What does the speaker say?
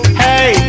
hey